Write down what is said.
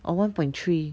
or one point three